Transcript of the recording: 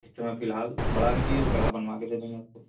इस समय फ़िलहाल बड़ा भी चाहिए तो बड़ा बनवा कर दे देंगे आपको